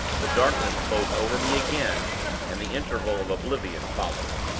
the darkness closed over me again and the interval of oblivion followed.